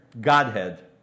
Godhead